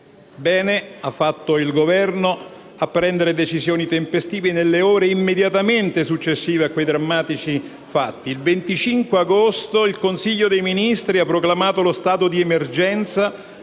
Bene ha fatto il Governo ad assumere decisioni tempestive nelle ore immediatamente successive a quei drammatici fatti: il 25 agosto 2016 il Consiglio dei ministri ha proclamato lo stato di emergenza